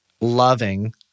loving